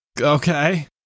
Okay